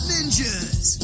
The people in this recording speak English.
Ninjas